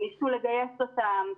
ניסו לגייס אותם,